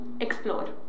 explore